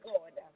God